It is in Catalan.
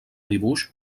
dibuix